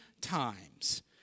times